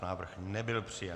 Návrh nebyl přijat.